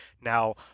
now